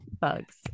bugs